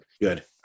Good